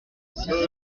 six